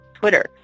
Twitter